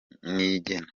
niyigena